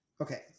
okay